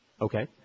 Okay